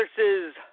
versus